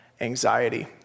anxiety